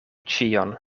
ĉion